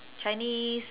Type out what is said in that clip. chinese